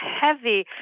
heavy